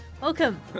welcome